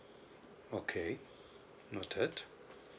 okay noted